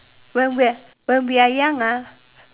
when we're when we are young ah